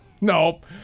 Nope